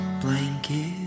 blanket